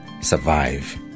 survive